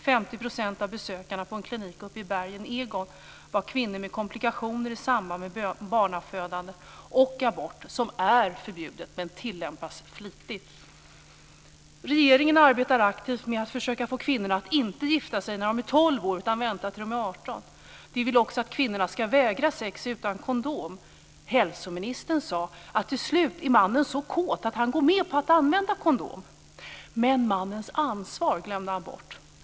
50 % av besökarna på en klinik i bergen Egon var kvinnor med komplikationer i samband med barnafödande och abort som är förbjudet men som tillämpas flitigt. Regeringen arbetar aktivt med att försöka få kvinnorna att inte gifta sig när de är 12 år utan vänta tills de är 18. Man vill också att kvinnorna ska vägra sex utan kondom. Hälsoministern sade att till slut är mannen så kåt att han går med på att använda kondom. Men mannens ansvar glömde han bort.